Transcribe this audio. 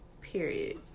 period